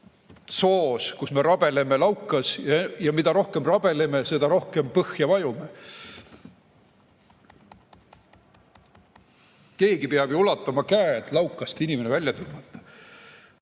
soos, kus me rabeleme laukas ja mida rohkem rabeleme, seda rohkem põhja vajume. Keegi peab ju ulatama käe, et laukast inimene välja tõmmata.